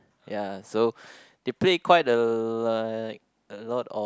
ya so they played quite a like a lot of